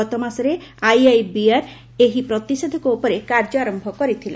ଗତମାସରେ ଆଇଆଇବିଆର୍ ଏହି ପ୍ରତିଷେଧକ ଉପରେ କାର୍ଯ୍ୟ ଆରୟ କରିଥିଲା